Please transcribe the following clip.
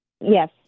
Yes